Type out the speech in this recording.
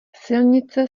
silnice